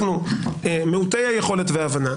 מיעוטי היכולת וההבנה,